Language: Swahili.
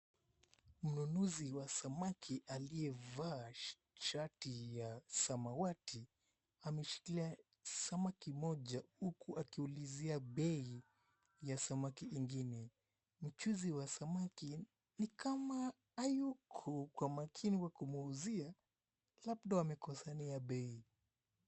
Mnunuzi wa samaki aliyevaa shati ya samawati, ameshikilia samaki moja huku akiulizia bei ya samaki ingine. Mchuuzi wa samaki ni kama hayuko kwa makini kwa kumuuzia, labda wamekosania bei.